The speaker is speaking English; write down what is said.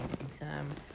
exam